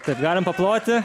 kad galim paploti